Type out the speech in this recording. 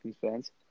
fans